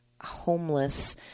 homeless